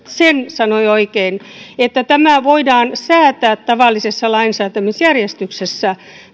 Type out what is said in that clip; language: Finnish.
sen sanoi oikein että tämä voidaan säätää tavallisessa lainsäätämisjärjestyksessä